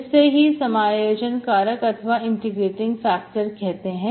इससे ही समायोजन कारक अथवा इंटीग्रेटिंग फैक्टर कहते हैं